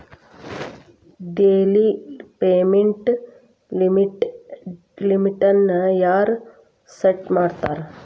daily payment ಲಿಮಿಟ್ನ ಯಾರ್ set ಮಾಡ್ತಾರಾ